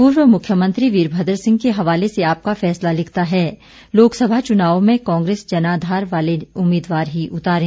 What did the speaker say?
पूर्व मुख्यमंत्री वीरमद्र सिंह के हवाले से आपका फैसला लिखता है लोकसभा चुनावों में कांग्रेस जनाधार वाले उम्मीदवार ही उतारें